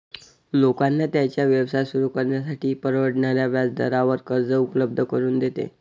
लोकांना त्यांचा व्यवसाय सुरू करण्यासाठी परवडणाऱ्या व्याजदरावर कर्ज उपलब्ध करून देते